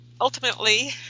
Ultimately